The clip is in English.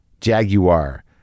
Jaguar